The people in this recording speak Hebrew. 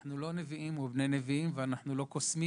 אנחנו לא נביאים או בני נביאים, ואנחנו לא קוסמים,